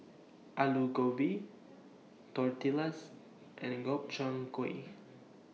Alu Gobi Tortillas and Gobchang Gui